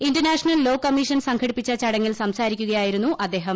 international Law Commission സംഘടിപ്പിച്ച ചടങ്ങിൽ സംസാരിക്കുകയായിരുന്നു അദ്ദേഹം